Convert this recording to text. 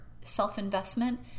self-investment